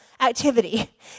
activity